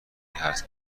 هست